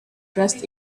dressed